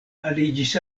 aliĝis